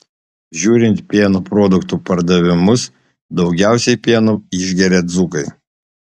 žiūrint pieno produktų pardavimus daugiausiai pieno išgeria dzūkai